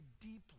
deeply